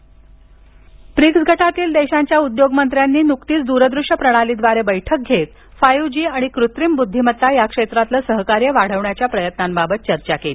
BRICS BRICS गटातील देशांच्या उद्योग मंत्र्यांनी नुकतीच द्र दृश्य प्रणालीद्वारे बैठक घेत फाईव्ह जी आणि कृत्रिम बुद्धिमत्ता या क्षेत्रातील सहकार्य वाढवण्याच्या प्रयत्नांबाबत चर्चा केली